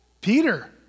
Peter